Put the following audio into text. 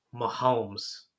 Mahomes